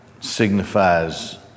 signifies